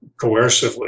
coercively